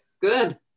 Good